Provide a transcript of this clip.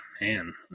man